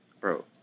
Bro